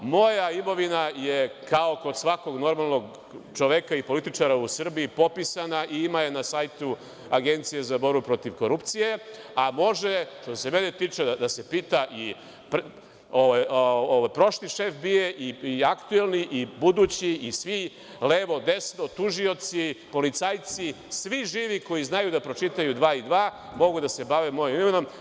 Moja imovina je, kao kod svakog normalnog čoveka i političara u Srbiji, popisana i ima je na sajtu Agencije za borbu protiv korupcije, a može, što se mene tiče da se pita i prošli šef BIA, i aktuelni i budući, i svi levo desno, tužioci, policajci, svi živi koji znaju da pročitaju dva i dva, mogu da se bave mojom imovinom.